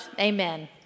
amen